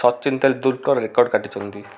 Sachin Tendulkar record କାଟିଛନ୍ତି